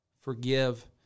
forgive